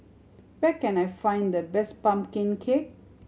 where can I find the best pumpkin cake